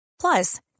Plus